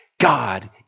God